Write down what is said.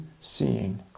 seeing